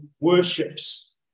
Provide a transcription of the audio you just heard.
worships